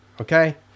okay